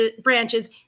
branches